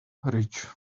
rich